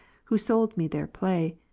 who sold me their play,